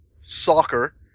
soccer